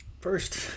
First